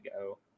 go